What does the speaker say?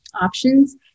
options